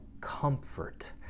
comfort